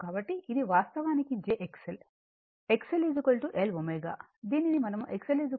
కాబట్టి ఇది వాస్తవానికి jXL XL L ω దీనిని మనం XL Lω